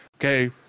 Okay